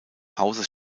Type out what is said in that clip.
hauses